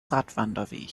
radwanderweg